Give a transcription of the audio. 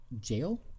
Jail